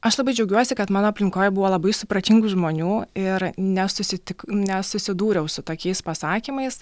aš labai džiaugiuosi kad mano aplinkoj buvo labai supratingų žmonių ir nesusitik nesusidūriau su tokiais pasakymais